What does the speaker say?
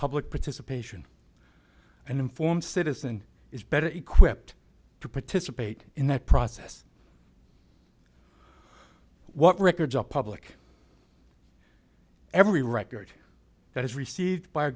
public participation and informed citizen is better equipped to participate in that process what records are public every record that is received by